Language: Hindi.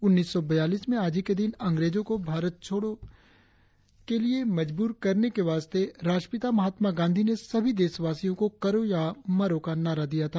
उन्नीस सौ बयालीस में आज ही के दिन अंग्रेजों को भारत छोड़ो के लिए मजबूर करने के वास्ते राष्ट्रपिता महात्मा गांधी ने सभी देशवासियों को करो या मरों का नारा दिया था